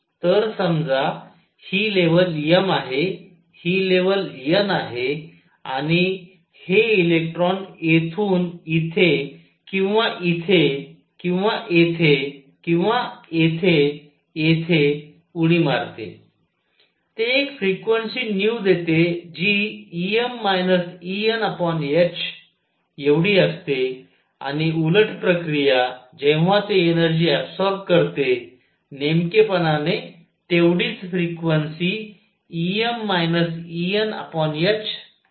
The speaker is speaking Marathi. तर समजा ही लेवल m आहे ही लेवल n आहे आणि हे इलेक्ट्रॉन येथून इथे किंवा इथे किंवा येथे किंवा येथे येथे उडी मारते ते एक फ्रिक्वेन्सी देते जी Em Enhएवढी असते आणि उलट प्रक्रिया जेव्हा ते एनर्जी अबसॉरब करते नेमकेपणाने तेवढीच फ्रिक्वेन्सी Em Enhपाहिली जाईल